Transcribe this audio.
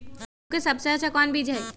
गेंहू के सबसे अच्छा कौन बीज होई?